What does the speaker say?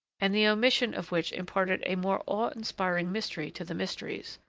and the omission of which imparted a more awe-inspiring mystery to the mysteries,